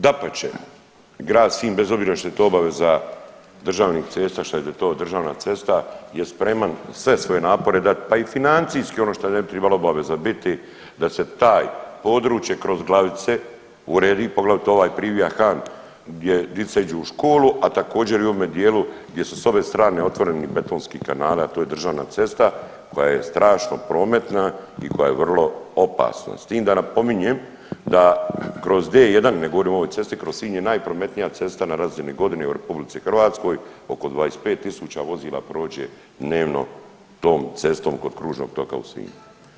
Dapače grad Sinj bez obzira što je to obaveza državnih cesta što je to državna cesta je spreman sve svoje napore dati, pa i financijski ono što ne bi tribalo obaveza biti da se taj, područje kroz Glavice uredi poglavito ovaj Privija – Han gdje dica iđu u školu, a također i u onome dijelu gdje su sa obje strane otvoreni betonski kanali a to je državna cesta koja je strašno prometna i koja je vrlo opasna s tim da napominjem da kroz D1, ne govorim o ovoj cesti kroz Sinj je najprometnija cesta na razini godine u RH oko 25000 vozila prođe dnevno tom cestom kod kružnog toka u Sinju.